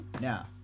Now